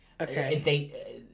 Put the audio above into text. Okay